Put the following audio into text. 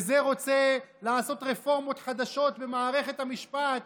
וזה רוצה לעשות רפורמות חדשות במערכת המשפט.